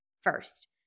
first